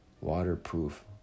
Waterproof